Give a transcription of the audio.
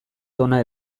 tona